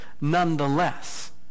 nonetheless